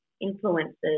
influences